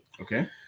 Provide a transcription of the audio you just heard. okay